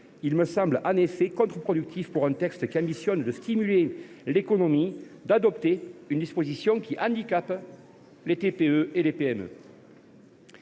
Il me semble en effet contre productif, pour un texte qui a pour ambition de stimuler l’économie, d’adopter une disposition qui handicape les TPE et les PME.